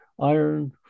iron